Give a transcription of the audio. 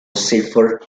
safer